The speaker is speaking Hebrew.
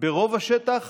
ברוב השטח